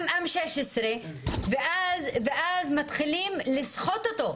אם-16, ואז מתחילים לסחוט אותו.